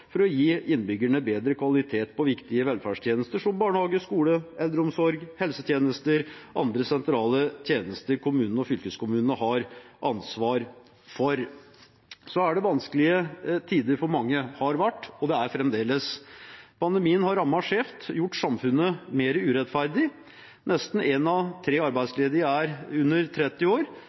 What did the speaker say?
for å gi innbyggerne bedre kvalitet på viktige velferdstjenester som barnehage, skole, eldreomsorg, helsetjenester og andre sentrale tjenester kommunene og fylkeskommunene har ansvar for. Det er vanskelige tider for mange – det har vært det og er det fremdeles. Pandemien har rammet skjevt og gjort samfunnet mer urettferdig. Nesten én av tre arbeidsledige er under 30 år.